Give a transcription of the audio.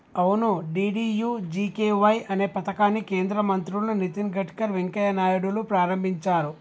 అవును డి.డి.యు.జి.కే.వై అనే పథకాన్ని కేంద్ర మంత్రులు నితిన్ గడ్కర్ వెంకయ్య నాయుడులు ప్రారంభించారు